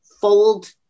fold